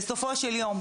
בסופו של יום,